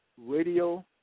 radio